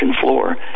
floor